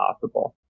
possible